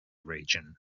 region